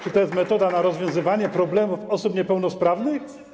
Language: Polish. Czy to jest metoda rozwiązywania problemów osób niepełnosprawnych?